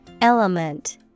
element